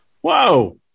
Whoa